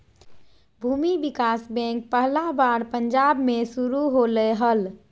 भूमि विकास बैंक पहला बार पंजाब मे शुरू होलय हल